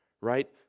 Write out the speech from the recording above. Right